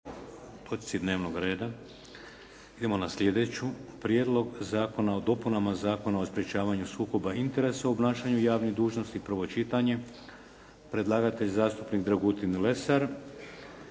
Vladimir (HDZ)** Idemo na slijedeću točku. - Prijedlog zakona o dopunama Zakona o sprječavanju sukoba interesa u obnašanju javnih dužnosti, prvo čitanje, P.Z. br. 144, Predlagatelj: zastupnik Dragutin Lesar